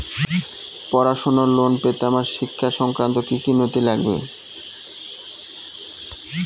পড়াশুনোর লোন পেতে আমার শিক্ষা সংক্রান্ত কি কি নথি লাগবে?